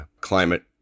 climate